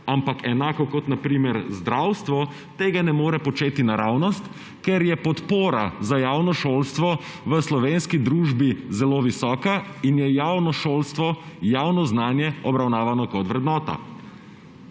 Ampak enako kot na primer v zdravstvu tega ne more početi naravnost. Ker je podpora za javno šolstvo v slovenski družbi zelo visoka in je javno šolstvo, javno znanje obravnavano kot vrednota,